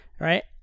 right